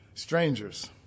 Strangers